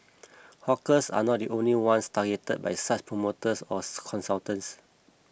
hawkers are not the only ones targeted by such promoters or consultants